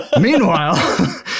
Meanwhile